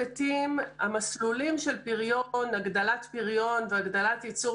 המסלולים של הגדלת פריון והגדלת ייצור